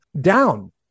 down